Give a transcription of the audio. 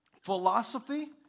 philosophy